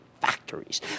factories